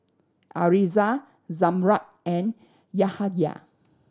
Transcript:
Arissa Zamrud and Yahaya